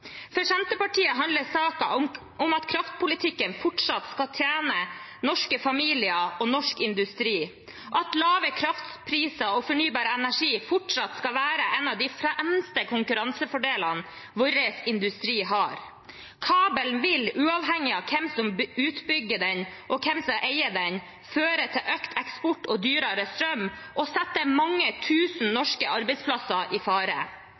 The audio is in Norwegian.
For Senterpartiet handler saken om at kraftpolitikken fortsatt skal tjene norske familier og norsk industri, og at lave kraftpriser og fornybar energi fortsatt skal være en av de fremste konkurransefordelene vår industri har. Kabelen vil, uavhengig av hvem som bygger den ut, og hvem som eier den, føre til økt eksport og dyrere strøm og sette mange tusen norske arbeidsplasser i fare.